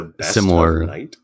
similar